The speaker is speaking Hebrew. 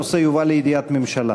הנושא יובא לידיעת ממשלה.